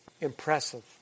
impressive